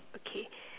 okay